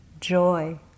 joy